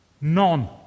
None